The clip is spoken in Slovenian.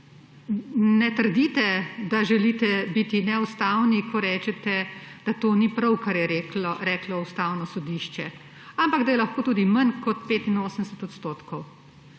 ne trdite, da želite biti neustavni, ko rečete, da to ni prav, kar je reklo Ustavno sodišče, ampak da je lahko tudi manj kot 85 %